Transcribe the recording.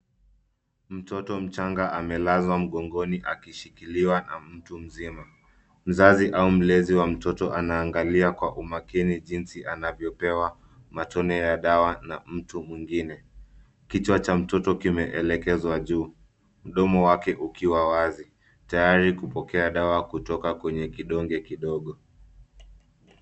Mtoto mchanga amelazwa mgongoni akishikiliwa na mtu mzima. Mzazi au mlezi wa mlezi anaangalia kwa makini jinsi anavyopewa matone ya dawa na mtu mwingine. Kichwa cha mtoto limeelekezwa juu mdomo wake ukiwa wazi tayari kupokea dawa kutoka kwenye kidonge kidogo.